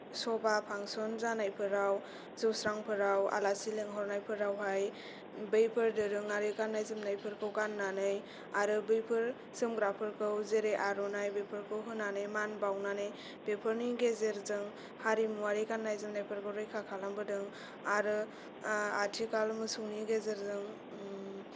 सबा फांसन जानायफोराव जौस्रांफोराव आलासि लिंहरनायफोरावहाय बैफोर दोरोङारि गाननाय जोमनायफोरखौ गाननानै आरो बैफोर जोमग्राफोरखौ जेरै आर'नाइ बेफोरखौ होनानै मान बावनानै बेफोरनि गेजेरजों हारिमुवारि गाननाय जोमनायफोरखौ रैखा खालामबोदों आरो आथिखाल मोसौनि गेजेरजों